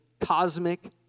cosmic